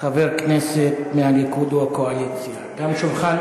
חבר כנסת מהליכוד או מהקואליציה, יש.